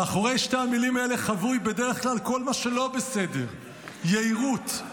מאחורי שתי המילים האלה חבוי בדרך כלל כל מה שלא 'בסדר': יהירות,